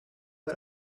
but